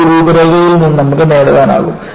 അത് ഈ രൂപരേഖയിൽ നിന്ന് നമുക്ക് നേടാനാകും